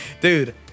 Dude